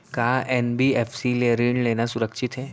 का एन.बी.एफ.सी ले ऋण लेना सुरक्षित हे?